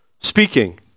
speaking